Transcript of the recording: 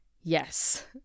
Yes